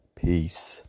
Peace